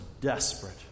desperate